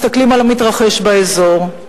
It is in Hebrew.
מסתכלים על המתרחש באזור.